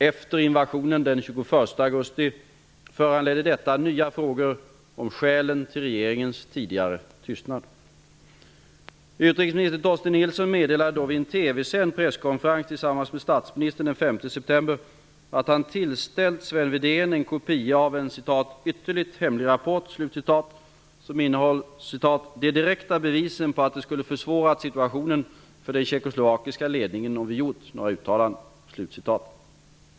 Efter invasionen den 21 augusti föranledde detta nya frågor om skälen till regeringens tidigare tystnad. Utrikesminister Torsten Nilsson meddelade då vid en TV-sänd presskonferens tillsammans med statsministern den 5 september, att han tillställt Sven Wedén en kopia av en ''ytterligt hemlig rapport'' som innehöll ''de direkta bevisen på att det skulle ha försvårat situationen för den tjeckoslovakiska ledningen om vi gjort några uttalanden''.